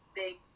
big